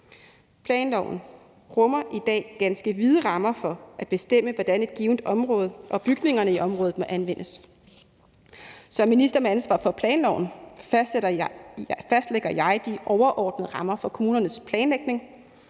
Planloven rummer i dag ganske vide rammer for at bestemme, hvordan et givent område og bygningerne i området må anvendes. Som minister med ansvar for planloven fastlægger jeg de overordnede rammer for kommunernes planlægning.